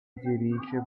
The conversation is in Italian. dirige